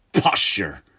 posture